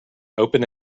open